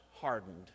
hardened